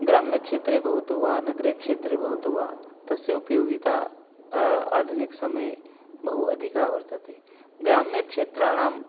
ग्राम्यक्षेत्रे भवतु वा नगरक्षेत्रे भवतु वा तस्य उपयोगिता आधुनिकसमये बहु अधिका वर्तते ग्राम्यक्षेत्राणां